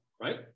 right